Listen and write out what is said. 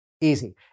easy